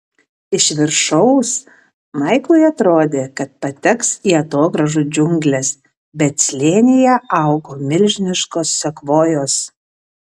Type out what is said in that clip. iš viršaus maiklui atrodė kad pateks į atogrąžų džiungles bet slėnyje augo milžiniškos sekvojos